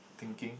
thinking